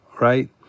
right